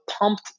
pumped